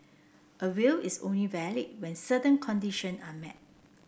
a will is only valid when certain condition are met